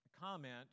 comment